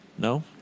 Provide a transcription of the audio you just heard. No